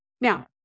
Now